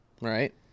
right